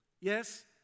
Yes